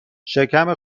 شکم